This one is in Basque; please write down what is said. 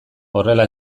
horrela